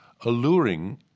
alluring